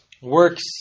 works